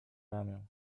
ramię